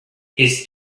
his